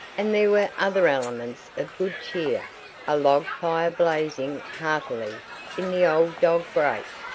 and there were other elements of good cheer a log fire blazing heartily in the old dog-grate,